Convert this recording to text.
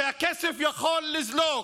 שהכסף יכול לזלוג.